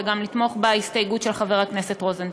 ולתמוך גם בהסתייגות של חבר הכנסת רוזנטל.